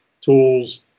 tools